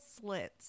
slits